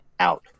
Out